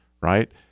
right